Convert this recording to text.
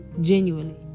Genuinely